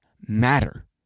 matter